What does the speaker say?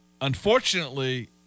unfortunately